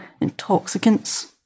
intoxicants